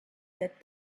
that